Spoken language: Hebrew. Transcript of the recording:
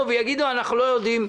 אנחנו הכנו חוק,